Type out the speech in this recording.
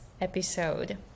episode